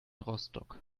rostock